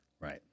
Right